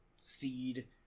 Seed